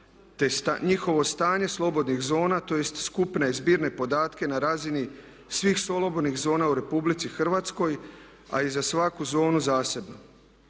te njihovo stanje slobodnih zona, tj. skupne i zbirne podatke na razini svih slobodnih zona u Republici Hrvatskoj, a i za svaku zonu zasebno.